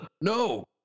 no